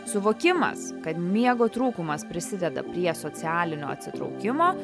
suvokimas kad miego trūkumas prisideda prie socialinio atsitraukimo